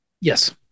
Yes